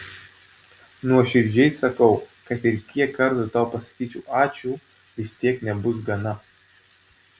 nuoširdžiai sakau kad ir kiek kartų tau pasakyčiau ačiū vis tiek nebus gana